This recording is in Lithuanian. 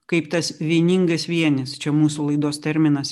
kaip tas vieningas vienis čia mūsų laidos terminas